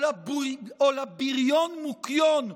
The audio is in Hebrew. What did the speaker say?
או לבריון-מוקיון,